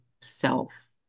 self